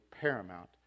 paramount